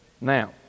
Now